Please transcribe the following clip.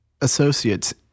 associates